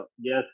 yes